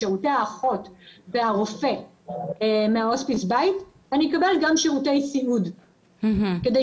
שירותי האחות והרופא מההוספיס בית אני אקבל גם שירותי סיעוד ואני